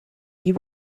you